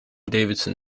davidson